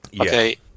Okay